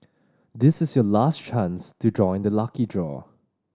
this is your last chance to join the lucky draw